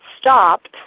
stopped